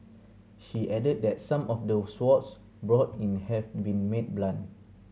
she added that some of the swords brought in have been made blunt